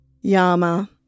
Yama